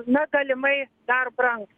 na galimai dar brangs